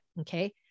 okay